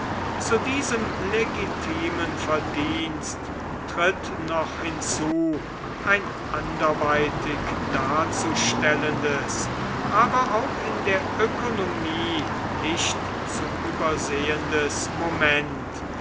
zu diesem legitimen verdienst tritt noch hinzu ein anderweitig darzustellendes aber auch in der ökonomie nicht zu übersehendes moment